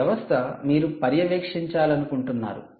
ఈ వ్యవస్థ మీరు పర్యవేక్షించాలనుకుంటున్నారు